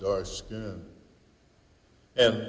dark skin and